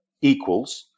equals